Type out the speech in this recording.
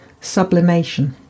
sublimation